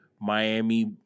Miami